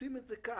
שעושים את זה כך.